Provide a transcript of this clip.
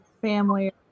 family